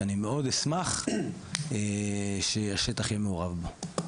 שאני מאוד אשמח שהשטח יהיה מעורב בו.